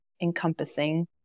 encompassing